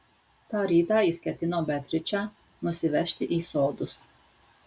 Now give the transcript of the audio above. tą rytą jis ketino beatričę nusivežti į sodus